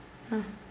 ah